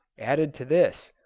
added to this,